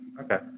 Okay